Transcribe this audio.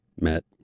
met